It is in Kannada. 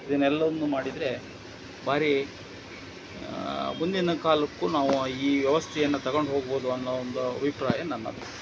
ಇದನ್ನೆಲ್ಲವನ್ನೂ ಮಾಡಿದರೆ ಭಾರೀ ಮುಂದಿನ ಕಾಲಕ್ಕೂ ನಾವು ಈ ವ್ಯವಸ್ಥೆಯನ್ನು ತಗಂಡು ಹೋಗ್ಬೋದು ಅನ್ನೋ ಒಂದು ಅಭಿಪ್ರಾಯ ನನ್ನದು